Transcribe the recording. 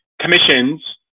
commissions